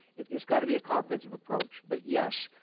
it's gotta be a comprehensive approach. but, yes,